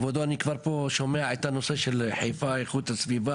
כבודו אני פה כבר שומע את הנושא של חיפה איכות הסביבה,